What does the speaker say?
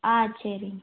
ஆ சரிங்க